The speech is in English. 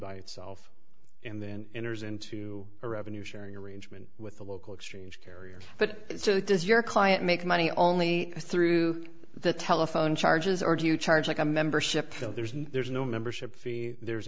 by itself and then enters into a revenue sharing arrangement with the local exchange carriers but so does your client make money only through the telephone charges or do you charge like a membership so there's no there's no membership fee there's